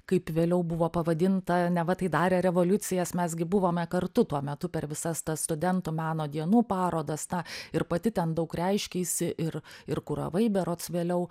kaip vėliau buvo pavadinta neva tai darė revoliucijas mes gi buvome kartu tuo metu per visas tas studentų meno dienų parodas na ir pati ten daug reiškeisi ir ir kuravai berods vėliau